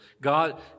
God